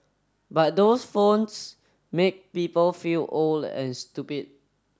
but those phones make people feel old and stupid